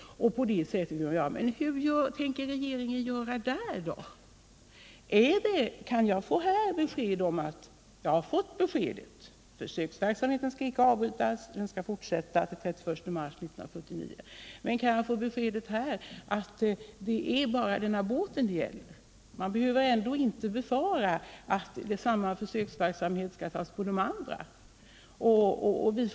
Men hur tänker regeringen göra sedan? Jag har fått ett besked: försöksverksamheten skall inte avbrytas, den skall fortsätta t. 0. m. den 31 mars 1979. Men kan jag också få beskedet att det bara är denna båt det gäller och att vi inte behöver befara att samma försöksverksamhet skall bedrivas på andra båtar?